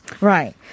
Right